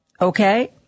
Okay